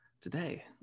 today